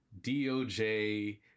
DOJ